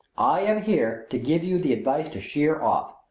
i am here to give you the advice to sheer off!